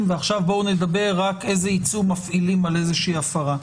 עכשיו בואו נדבר רק איזה עיצום מפעילים על איזה הפרה.